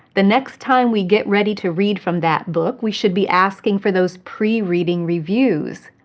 the next time we get ready to read from that book, we should be asking for those pre-reading reviews.